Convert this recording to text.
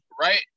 Right